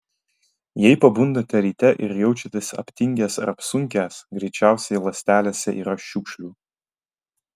jei pabundate ryte ir jaučiatės aptingęs ar apsunkęs greičiausiai ląstelėse yra šiukšlių